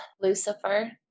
Lucifer